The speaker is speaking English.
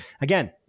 again